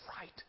right